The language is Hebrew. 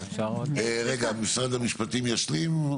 רגע, משרד המשפטים ישלים.